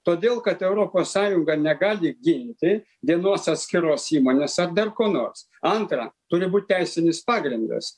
todėl kad europos sąjunga negali ginti vienos atskiros įmonės ar dar ko nors antra turi būt teisinis pagrindas